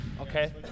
Okay